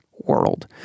world